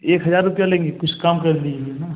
एक हज़ार रुपये लेंगे कुछ कम कर दीजिए ना